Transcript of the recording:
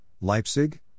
Leipzig